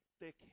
thick